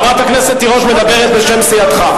חברת הכנסת תירוש מדברת בשם סיעתך.